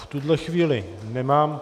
V tuto chvíli nemám...